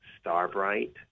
Starbright